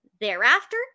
Thereafter